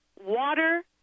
water